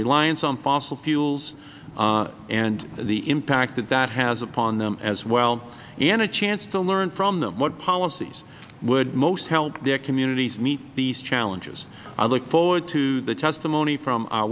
reliance on fossil fuels and the impact that that has upon them as well and a chance to learn from them what policies would most help their communities meet these challenges i look forward to the testimony from our